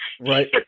right